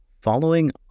following